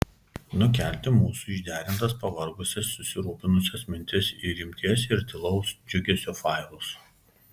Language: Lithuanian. nukelti mūsų išderintas pavargusias susirūpinusias mintis į rimties ir tylaus džiugesio failus